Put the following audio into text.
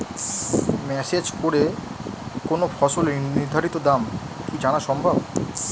Message করে কোন ফসলের নির্ধারিত দাম কি জানা সম্ভব?